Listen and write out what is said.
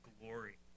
glory